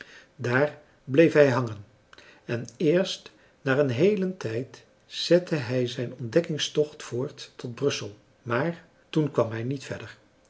daar bleef hij hangen en eerst na een heelen tijd zette hij zijn ontdekkingstocht voort tot brussel maar toen kwam hij ook niet verder